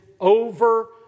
over